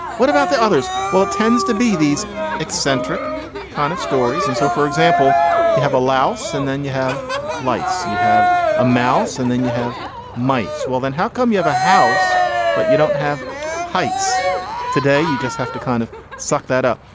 what about the others. well it tends to be these eccentric kind of stories and so for example you have a louse and then you have lice you have a mouse and then you have mice. well then how come you have a house but you don't have heights today you just have to kind of suck that up.